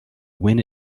when